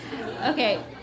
okay